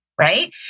right